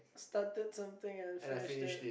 it started something I finished it